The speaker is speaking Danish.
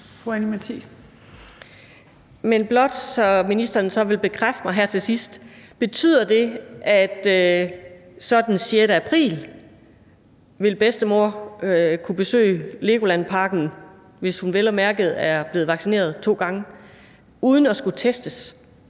Men vil ministeren så blot bekræfte her til sidst: Betyder det, at den 6. april vil bedstemor kunne besøge LEGOLAND Parken, hvis hun vel at mærke er blevet vaccineret to gange, uden at skulle testes